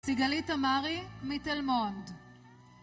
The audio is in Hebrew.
סיגלית אמרי, מתל-מונד